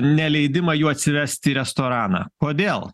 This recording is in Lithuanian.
neleidimą jų atsivesti į restoraną kodėl